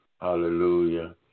Hallelujah